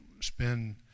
spend